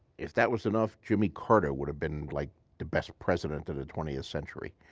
if that was enough, jimmy carter would have been like the best president in the twentieth century,